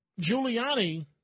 Giuliani